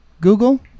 Google